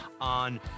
on